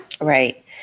Right